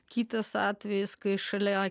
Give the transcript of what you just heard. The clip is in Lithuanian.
kitas atvejis kai šalia